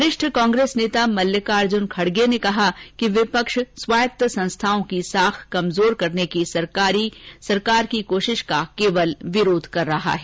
वरिष्ठ कांग्रेस नेता मल्लिकार्जुन खड़गे ने कहा कि विपक्ष स्वायत्त संस्थाओं की साख कमजोर करने की सरकारकी कोशिश का केवल विरोध कर रहा है